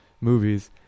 movies